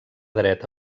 dret